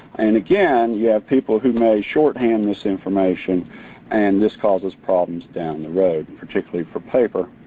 and again you have people who may shorthand this information and this causes problems down the road, particularly for paper.